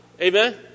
Amen